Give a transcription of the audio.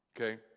Okay